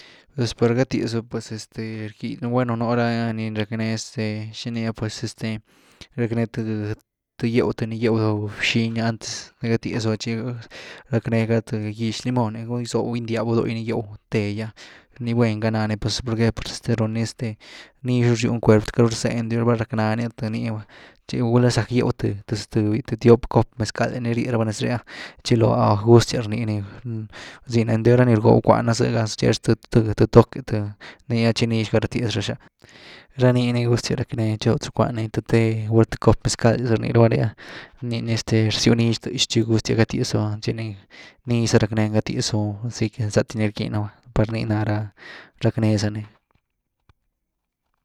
Pues par gatiazu, pues este bueno, nú ra ni racknee este xini ah pues este racknee th-th gyéw, th ni gyéw gagu bxiny antes de tchi gatiazu, tchi gack nee ga th gix-limón’e, gyzooby gyndyabu dógy nigýehw, dee gy’ah, nii guen ga nani pz ¿por qué? Pues run ni este nix ru zywni cuerp quiety ru rzeendy raba racknaa ni tchi gula zack gýew thbï. th tiop cop mezcal ni rye raba nez réh’ah tchi chiloo ¡ah! Gustias rnii ni, einty ra ni rgob cuan ah, zëga tchee raxa th toqu’e th nia tchi nix ga ratyaz raxa, ranii ni gustyas racknee tchew th cuan’e, th té, gula th cop mezcal’y rnii raba ré, nii ni este rzyw nix tëzu tchi gustyas gat-tyazu ah tchi nix za rackneen gat-tyazu ahora si zëty nii rckyn raba, par nii nara ni racknee zany.